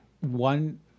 One